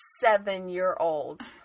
seven-year-olds